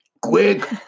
Quick